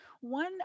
One